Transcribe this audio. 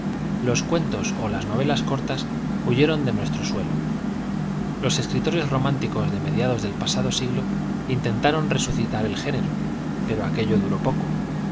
los cuentos ó las época novelas cortas huyeron de nuestro suelo los escritores románticos de mediados del pasado siglo intentaron resu citar el género pero aquello duró poco